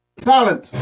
talent